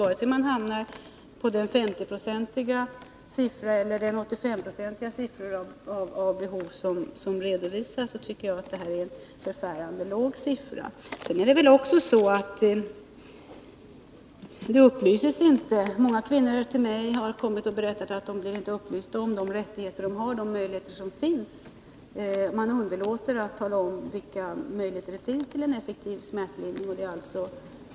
Vare sig man hamnar på 50 96 eller på 85 96 när det gäller det behov som har redovisats, är sifforna för hur mycket smärtlindringen har använts enligt min mening förfärande låga. Det är dessutom så — många kvinnor har berättat för mig att de inte blivit upplysta om de rättigheter de har och de möjligheter som finns — att man underlåter att tala om vilka möjligheter som finns när det gäller effektiv smärtlindring.